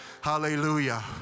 Hallelujah